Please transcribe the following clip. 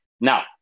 Now